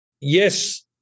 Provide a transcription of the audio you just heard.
yes